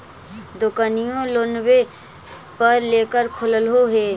दोकनिओ लोनवे पर लेकर खोललहो हे?